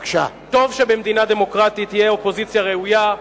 טוב שבמדינה דמוקרטית תהיה אופוזיציה ראויה,